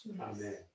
Amen